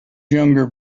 younger